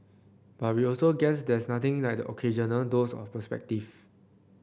but we also guess there's nothing like the occasional dose of perspective